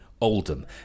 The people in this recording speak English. Oldham